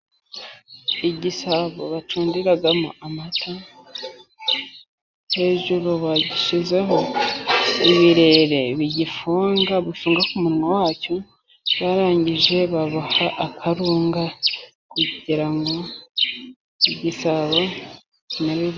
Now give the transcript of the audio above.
Igisabo bacundimo amata hejuru bagishizeho ibirere bigifunga, bifunga ku munwa wacyo, barangije baboha akarunga kugira ngo igisabo kimere.